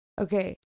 okay